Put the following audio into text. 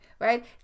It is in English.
right